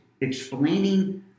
Explaining